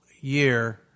year